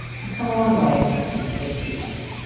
he's come a long way and he's a big sweetheart.